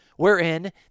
wherein